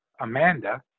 Amanda